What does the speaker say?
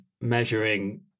measuring